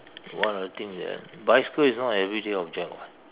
one of the things ya bicycle is not everyday object [what]